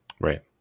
Right